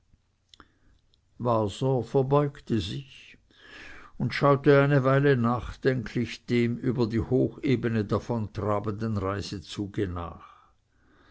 waser verbeugte sich und schaute eine weile nachdenklich dem über die hochebene davontrabenden reisezuge nach